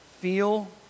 feel